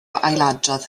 ailadrodd